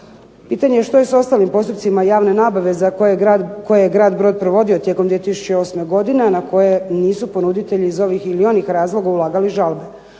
Pitanje je što je s ostalim postupcima javne nabave koje je grad Brod provodio tijekom 2008. godine, a na koje nisu ponuditelji iz ovih ili onih razloga ulagali žalbe.